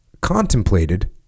contemplated